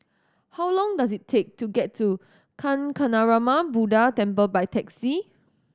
how long does it take to get to Kancanarama Buddha Temple by taxi